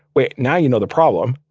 wait, now you know the problem.